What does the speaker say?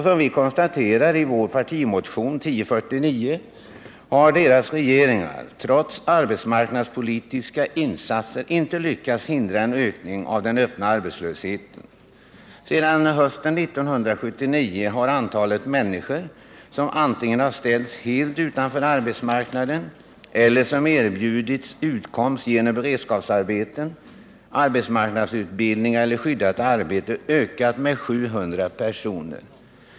Som vi konstaterar i vår partimotion 1049 har deras regeringar — trots arbetsmarknadspolitiska insatser — inte lyckats hindra en ökning av den öppna arbetslösheten. Sedan hösten 1976 har antalet människor som antingen har ställts helt utanför arbetsmarknaden eller som har erbjudits utkomst genom beredskapsarbeten, arbetsmarknadsutbildning eller skyddat arbete ökat med 70 000 personer.